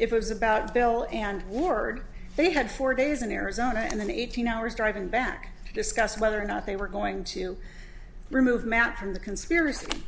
it was about bill and ward they had four days in arizona and then eighteen hours driving back to discuss whether or not they were going to remove matt from the conspiracy